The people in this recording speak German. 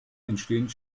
entstehen